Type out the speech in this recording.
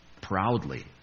proudly